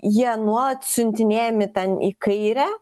jie nuolat siuntinėjami ten į kairę